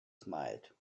smiled